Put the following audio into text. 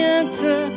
answer